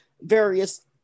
various